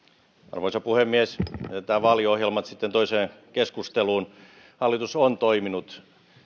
arvoisa puhemies jätetään vaaliohjelmat sitten toiseen keskusteluun hallitus on toiminut